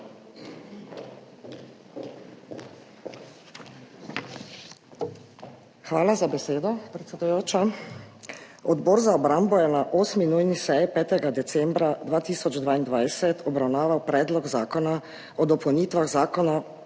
Hvala za besedo, predsedujoča. Odbor za obrambo je na 8. nujni seji 5. decembra 2022 obravnaval Predlog zakona o dopolnitvah Zakona